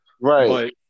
Right